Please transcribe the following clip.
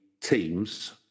teams